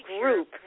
group